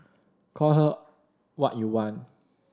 call her what you want